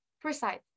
precise